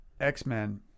x-men